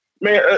man